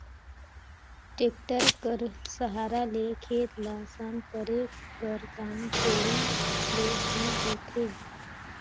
tractor कर सहारा ले खेत ल सम करे कर काम कोड़ी ले ही होथे